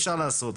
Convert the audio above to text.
אפשר לעשותם.